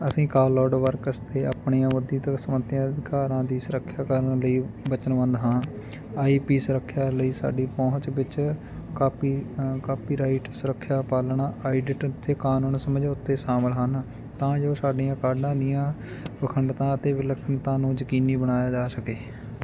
ਅਸੀਂ ਕਲਾਉਡਵਰਕਸ 'ਤੇ ਆਪਣੀਆਂ ਬੌਧਿਕ ਸੰਪਤੀਆਂ ਅਧਿਕਾਰਾਂ ਦੀ ਸੁਰੱਖਿਆ ਕਰਨ ਲਈ ਵਚਨਬੱਧ ਹਾਂ ਆਈ ਪੀ ਸੁਰੱਖਿਆ ਲਈ ਸਾਡੀ ਪਹੁੰਚ ਵਿੱਚ ਕਾਪੀ ਕਾਪੀਰਾਈਟ ਸੁਰੱਖਿਆ ਪਾਲਣਾ ਆਡਿਟ ਅਤੇ ਕਾਨੂੰਨੀ ਸਮਝੌਤੇ ਸ਼ਾਮਲ ਹਨ ਤਾਂ ਜੋ ਸਾਡੀਆਂ ਕਾਢਾਂ ਦੀਆਂ ਅਖੰਡਤਾ ਅਤੇ ਵਿਲੱਖਣਤਾ ਨੂੰ ਯਕੀਨੀ ਬਣਾਇਆ ਜਾ ਸਕੇ